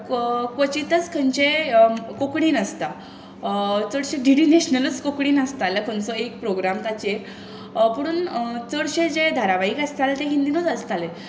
क्वचितच खंयचेंय कोंकणीन आसता चडशें डी डी नॅशनलूच कोंकणीन आसतालो खंयचोय एक प्रोग्राम ताचेर पुणून चडशे जे धारावाईक आसताले ते हिंदीनूच आसताले